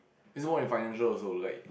it's more than financial also like